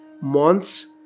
months